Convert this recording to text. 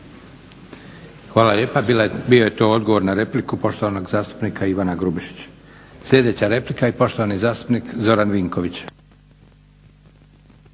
Hvala lijepa. Bio je to odgovor na repliku poštovanog zastupnika Ivana Grubišića. Sljedeća replika i poštovani zastupnik Zoran Vinković.